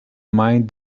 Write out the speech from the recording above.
mind